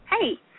Hey